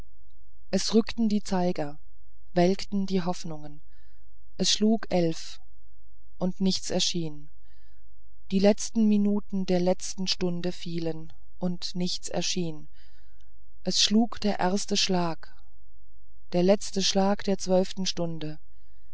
es rückten die zeiger welkte die hoffnung es schlug eilf und nichts erschien die letzten minuten der letzten stunde fielen und nichts erschien es schlug der erste schlag der letzte schlag der zwölften stunde